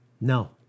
No